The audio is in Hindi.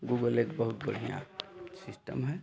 गूगल एक बहुत बढ़िया सिस्टम है